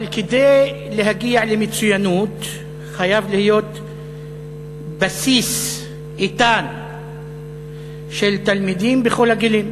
אבל כדי להגיע למצוינות חייב להיות בסיס איתן של תלמידים בכל הגילים,